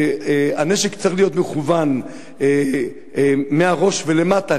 שהנשק צריך להיות מכוון מהראש ולמטה,